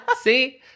See